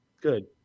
good